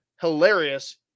hilarious